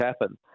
happen